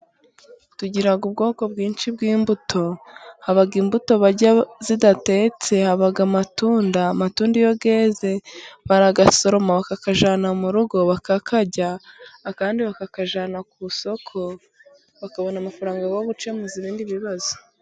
Tugiraga ubwoko bwinshi bw'imbuto, haba imbuto barya zidatetse. Haba amatunda, amatunda iyogeze barayasoroma bakayajyana mu rugo, bakayarya ayandi bakayajyana ku isoko, bakabona amafaranga yo gukemuza ibindi bibazo.